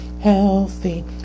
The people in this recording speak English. healthy